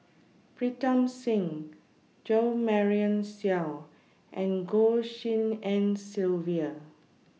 Pritam Singh Jo Marion Seow and Goh Tshin En Sylvia